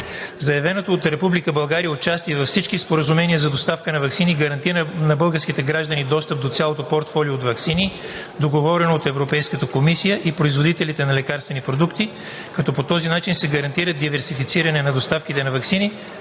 Заявеното от Република България участие във всички споразумения за доставка на ваксини гарантира на българските граждани достъп до цялото портфолио от ваксини, договорено от Европейската комисия и производителите на лекарствени продукти, като по този начин се гарантира диверсифициране на доставките на ваксини,